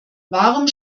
warum